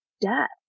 death